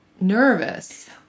nervous